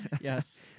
yes